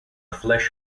flesh